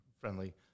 friendly